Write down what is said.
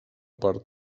part